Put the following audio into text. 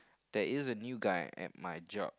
there is a new guy at my job